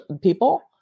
people